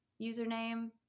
username